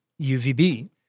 UVB